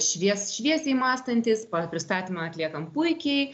švies šviesiai mąstantis pristatymą atliekam puikiai